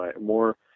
more